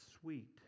sweet